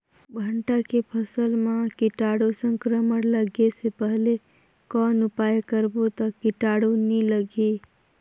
भांटा के फसल मां कीटाणु संक्रमण लगे से पहले कौन उपाय करबो ता कीटाणु नी लगही?